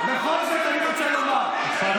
בכל זאת אני רוצה לומר, משפט